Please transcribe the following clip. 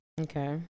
okay